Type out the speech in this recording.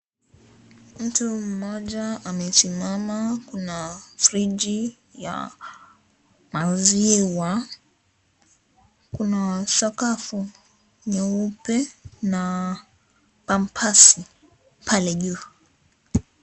Mtu mmoja amesimama kuna frigi ya maziwa kuna sakafu nyeupe na pampers pale juu.